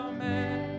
Amen